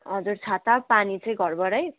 हजुर छाता पानी चाहिँ घरबाटै